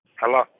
Hello